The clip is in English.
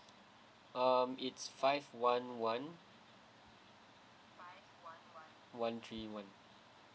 um it's five one one one three one